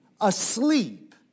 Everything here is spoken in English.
asleep